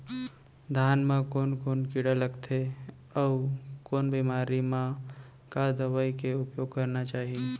धान म कोन कोन कीड़ा लगथे अऊ कोन बेमारी म का दवई के उपयोग करना चाही?